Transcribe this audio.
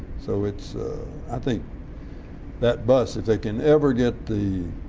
so it's i think that bus, if they can ever get the